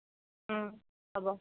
ওম হ'ব